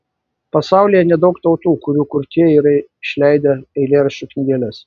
pasaulyje nedaug tautų kurių kurtieji yra išleidę eilėraščių knygeles